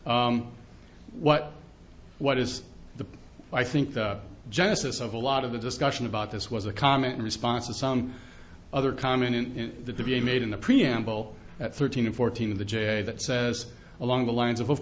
what what is the i think the genesis of a lot of the discussion about this was a comment in response to some other comment in the v a made in the preamble at thirteen and fourteen in the j a that says along the lines of of